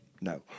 No